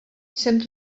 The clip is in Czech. jsem